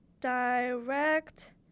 Direct